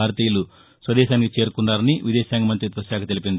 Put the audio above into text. భారతీయులు స్వదేశానికి చేరుకున్నారని విదేశాంగ మంత్రిత్వ శాఖ తెలిపింది